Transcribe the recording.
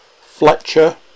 Fletcher